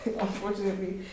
unfortunately